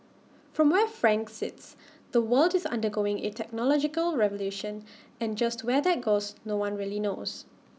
from where frank sits the world is undergoing A technological revolution and just where that goes no one really knows